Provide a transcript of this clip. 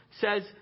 says